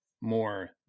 more